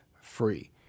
free